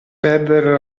perdere